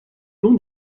long